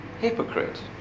Hypocrite